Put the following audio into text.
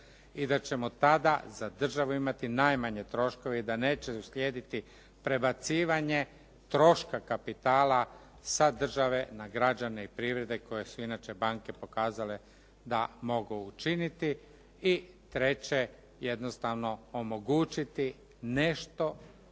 i da ćemo tada za državu imati najmanje troškove i da neće uslijediti prebacivanje troška kapitala sa države na građane i privrede koje su inače banke pokazale da mogu učiniti. I treće, jednostavno omogućiti nešto